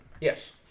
Yes